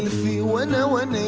view. you know and i